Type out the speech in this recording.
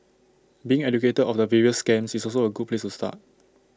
being educated of the various scams is also A good place to start